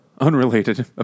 unrelated